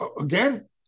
again